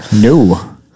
No